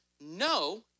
No